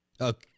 Okay